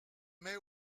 mets